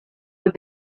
with